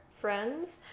friends